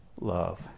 love